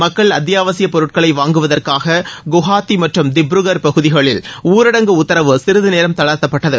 மக்கள் அத்தியாவசிய பொருட்களை வாங்குவதற்காக குவஹாத்தி மற்றும் திப்ருகர் பகுதிகளில் ஊரடங்கு உத்தரவு சிறிது நேரம் தளர்த்தப்பட்டது